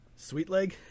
Sweetleg